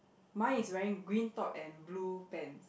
mine is wearing green top and blue pants